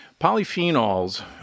Polyphenols